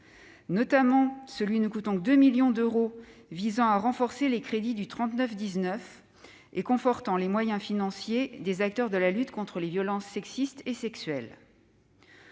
notamment celui qui, pour 2 millions d'euros seulement, visait à renforcer les crédits du 3919 et à conforter les moyens financiers des acteurs de la lutte contre les violences sexistes et sexuelles.